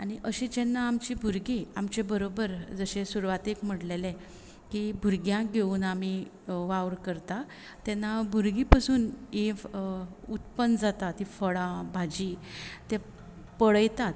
आनी अशीं जेन्ना आमची भुरगीं आमचे बरोबर जशे सुरवातेक म्हणलेले की भुरग्यांक घेवन आमी वावर करता तेन्ना भुरगीं पसून ही उत्पन्न जाता ती फळां भाजी ते पळयतात